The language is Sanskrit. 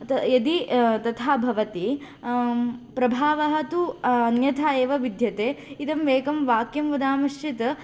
अत यदि तथा भवति प्रभावः तु अन्यथा एव विद्यते इदं एकं वाक्यं वदामश्चेत्